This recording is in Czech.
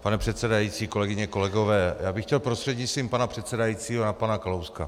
Pane předsedající, kolegyně a kolegové, já bych chtěl prostřednictvím pana předsedajícího na pana Kalouska.